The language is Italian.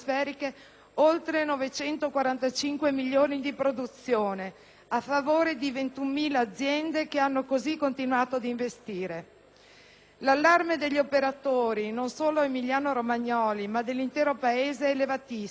oltre 945 milioni di produzione a favore di 21.000 aziende che hanno così continuato ad investire. L'allarme degli operatori, non solo emiliano-romagnoli ma dell'intero Paese, è elevatissimo